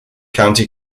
county